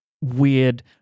weird